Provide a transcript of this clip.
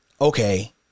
okay